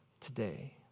today